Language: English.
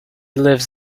lives